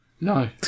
No